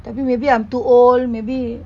tapi maybe I'm too old maybe